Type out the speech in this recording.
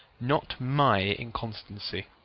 not my inconstancy.